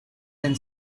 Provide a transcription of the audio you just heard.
then